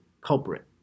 culprit